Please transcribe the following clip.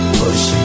push